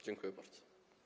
Dziękuję bardzo.